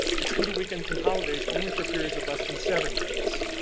excluded weekends and holidays only for periods of less than seven days.